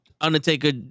Undertaker